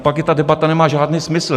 Pak ta debata nemá žádný smysl.